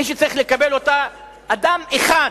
מי שצריך לקבל אותה, אדם אחד,